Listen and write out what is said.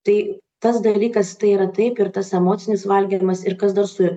tai tas dalykas tai yra taip ir tas emocinis valgymas ir kas dar su juo